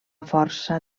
força